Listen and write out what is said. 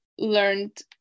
learned